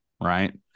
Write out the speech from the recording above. right